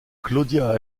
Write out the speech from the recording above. claudia